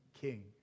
King